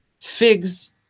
figs